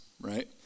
right